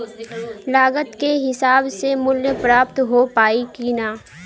लागत के हिसाब से मूल्य प्राप्त हो पायी की ना?